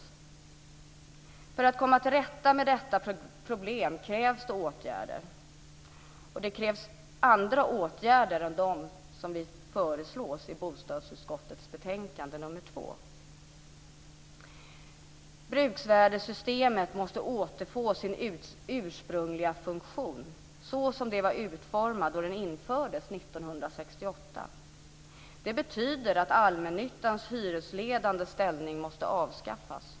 För att vi ska kunna komma till rätta med detta problem krävs det andra åtgärder än de som föreslås i bostadsutskottets betänkande BoU2. Bruksvärdessystemet måste återfå sin ursprungliga funktion, såsom systemet var utformat då det infördes 1968. Det betyder att allmännyttans hyresledande ställning måste avskaffas.